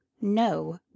no